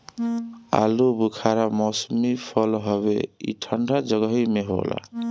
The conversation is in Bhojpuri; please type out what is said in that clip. आलूबुखारा मौसमी फल हवे ई ठंडा जगही पे होला